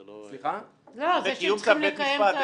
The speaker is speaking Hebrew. זה קיום צו בית משפט.